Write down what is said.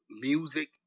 music